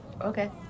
Okay